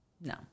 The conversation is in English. No